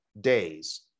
days